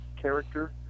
character